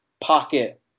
pocket